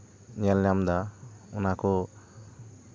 ᱧᱮᱞ ᱧᱟᱢ ᱫᱟ ᱚᱱᱟ ᱠᱚ